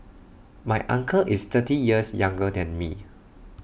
my uncle is thirty years younger than me